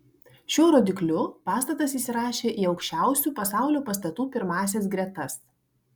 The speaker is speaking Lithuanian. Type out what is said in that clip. šiuo rodikliu pastatas įsirašė į aukščiausių pasaulio pastatų pirmąsias gretas